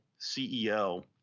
CEO